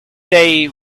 they